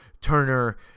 Turner